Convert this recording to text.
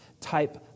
type